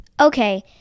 Okay